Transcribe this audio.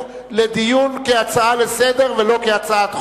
לדיון כהצעה לסדר-היום ולא כהצעת חוק,